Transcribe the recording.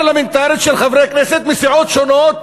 פרלמנטרית של חברי כנסת מסיעות שונות,